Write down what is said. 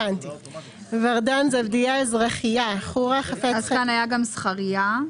ורדון זבדיאל זרחיה חורה כאן היה גם זכריה.